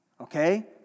Okay